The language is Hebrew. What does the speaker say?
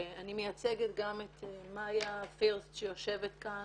ואני מייצגת גם את מ"פ שיושבת כאן